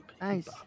Nice